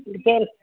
ಉಜಲ್